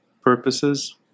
purposes